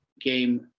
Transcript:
game